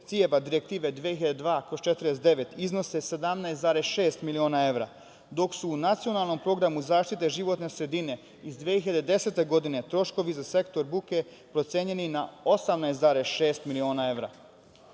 ciljeva Direktive 2002/49 iznose 17,6 miliona evra, dok su u Nacionalnom programu zaštite životne sredine iz 2010. godine troškovi za sektor buke procenjeni na 18,6 miliona evra. Post